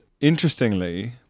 interestingly